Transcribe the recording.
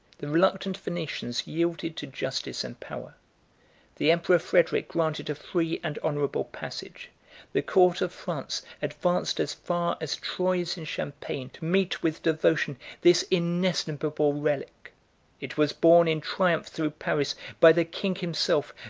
the reluctant venetians yielded to justice and power the emperor frederic granted a free and honorable passage the court of france advanced as far as troyes in champagne, to meet with devotion this inestimable relic it was borne in triumph through paris by the king himself,